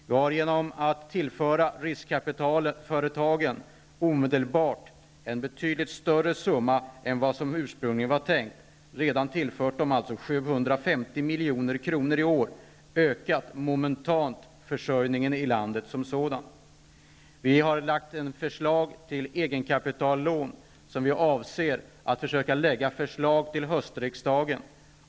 Genom att omedelbart tillföra riskkapitalföretagen en betydligt större summa än vad som ursprungligen var tänkt, alltså 750 milj.kr. i år, har vi momentant ökat försörjningen i landet. Vi har förslag till egenkapitallån som vi avser lägga fram för höstriksdagen.